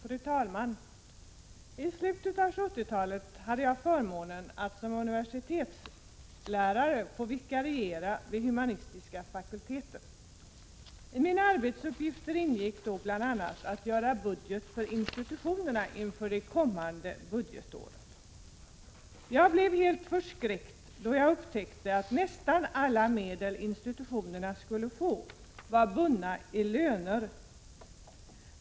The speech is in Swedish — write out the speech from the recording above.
Fru talman! I slutet av 1970-talet hade jag förmånen att som universitetslärare få vikariera vid en humanistisk fakultet. I mina arbetsuppgifter ingick bl.a. att göra budget för institutionerna inför det kommande budgetåret. Jag blev helt förskräckt då jag upptäckte att nästan alla de medel institutionerna skulle få var bundna i löner.